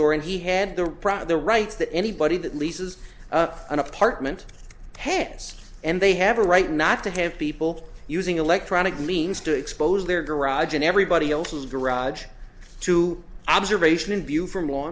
or and he had the the rights that anybody that leases an apartment hands and they have a right not to have people using electronic means to expose their garage and everybody else's garage to observation and view from law